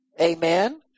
Amen